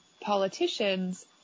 politicians